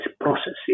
processes